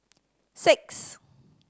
six